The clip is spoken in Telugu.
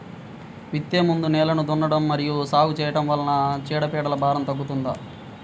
విత్తే ముందు నేలను దున్నడం మరియు సాగు చేయడం వల్ల చీడపీడల భారం తగ్గుతుందా?